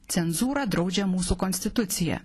cenzūrą draudžia mūsų konstitucija